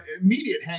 immediate